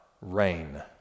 Rain